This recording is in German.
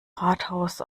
rathaus